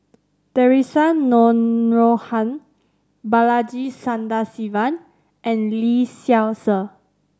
Theresa Noronha Balaji Sadasivan and Lee Seow Ser